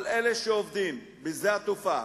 כל אלה שעובדים בשדה התעופה,